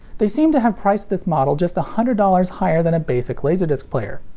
they seem to have priced this model just a hundred dollars higher than a basic laserdisc player.